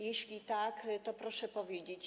Jeśli tak, to proszę powiedzieć.